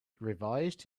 revised